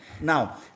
Now